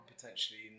potentially